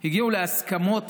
הגיעו להסכמות